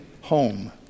home